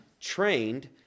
trained